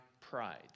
pride